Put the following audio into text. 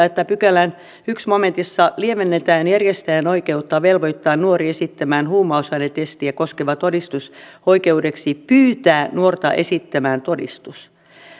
että pykälän ensimmäisessä momentissa lievennetään järjestäjän oikeutta velvoittaa nuori esittämään huumausainetestiä koskeva todistus oikeudeksi pyytää nuorta esittämään todistus